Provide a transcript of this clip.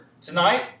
tonight